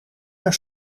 naar